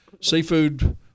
seafood